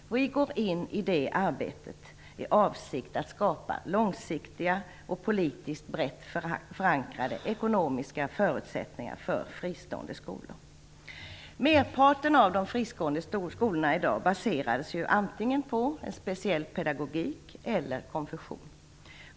Vi går in i det arbetet i avsikt att skapa långsiktiga och politiskt brett förankrade ekonomiska förutsättningar för fristående skolor. Merparten av de fristående skolorna i dag baseras antingen på en speciell pedagogik eller på konfession.